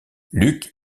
luc